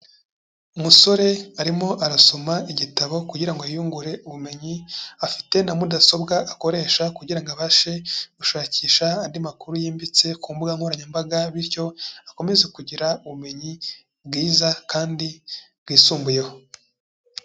Umusore arimo arasoma igitabo kugira ngo yiyungure ubumenyi, afite na mudasobwa akoresha kugira ngo abashe gushakisha andi makuru yimbitse ku mbuga nkoranyambaga bityo akomeze kugira ubumenyi bwiza kandi bwisumbuyeho.